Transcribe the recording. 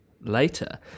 later